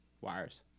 wires